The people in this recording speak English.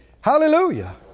Hallelujah